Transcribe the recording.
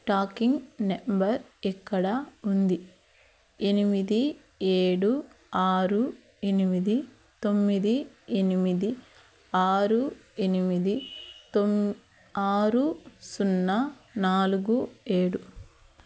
talking number ఇక్కడ ఉంది ఎనిమిది ఏడు ఆరు ఎనిమిది తొమ్మిది ఎనిమిది ఆరు ఎనిమిది తొమ్మి ఆరు సున్నా నాలుగు ఏడు